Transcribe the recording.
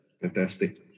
Fantastic